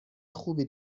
خوبی